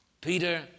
Peter